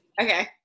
Okay